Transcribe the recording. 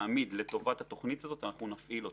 להעמיד לטובת התוכנית הזאת, אנחנו נפעיל אותה.